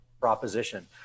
proposition